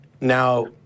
now